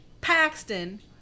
Paxton